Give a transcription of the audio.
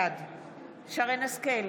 בעד שרן מרים השכל,